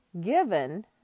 given